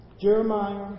Jeremiah